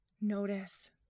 Notice